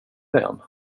vän